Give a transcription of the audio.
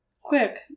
quick